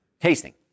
tasting